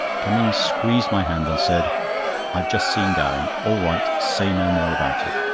cummings squeezed my hand, and said i've just seen gowing. all right. say no more about it.